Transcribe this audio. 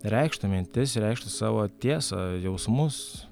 reikštų mintis reikštų savo tiesą jausmus